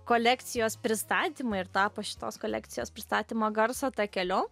kolekcijos pristatymui ir tapo šitos kolekcijos pristatymo garso takeliu